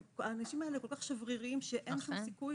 האנשים האלה כל כך שבריריים שאין שום סיכוי